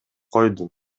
койдум